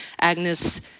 Agnes